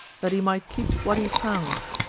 that he might keep what he found,